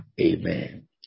Amen